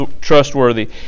trustworthy